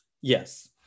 yes